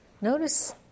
Notice